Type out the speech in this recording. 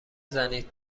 زنید